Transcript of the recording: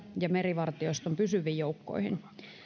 ja merivartioston pysyviin joukkoihin